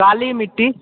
काली मिट्टी